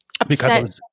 Upset